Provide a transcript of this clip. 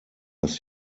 das